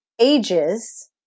ages